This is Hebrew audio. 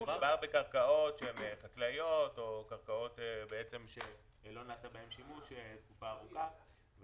מדובר בקרקעות חקלאיות או קרקעות שלא נעשה בהן שימוש במשך תקופה ארוכה.